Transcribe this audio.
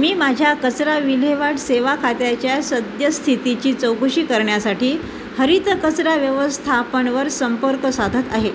मी माझ्या कचरा विल्हेवाट सेवा खात्याच्या सद्यस्थितीची चौकशी करण्यासाठी हरित कचरा व्यवस्थापनवर संपर्क साधत आहे